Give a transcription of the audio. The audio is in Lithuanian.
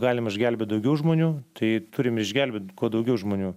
galima išgelbėt daugiau žmonių tai turim išgelbėt kuo daugiau žmonių